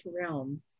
realm